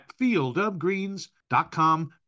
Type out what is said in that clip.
fieldofgreens.com